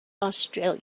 australia